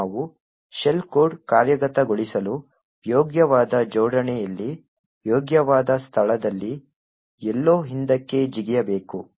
ಈಗ ನಾವು shell code ಕಾರ್ಯಗತಗೊಳಿಸಲು ಯೋಗ್ಯವಾದ ಜೋಡಣೆಯಲ್ಲಿ ಯೋಗ್ಯವಾದ ಸ್ಥಳದಲ್ಲಿ ಎಲ್ಲೋ ಹಿಂದಕ್ಕೆ ಜಿಗಿಯಬೇಕು